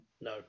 No